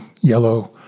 yellow